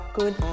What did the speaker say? good